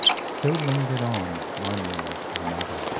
still lingered on, one after another,